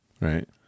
Right